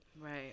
Right